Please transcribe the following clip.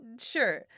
Sure